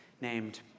named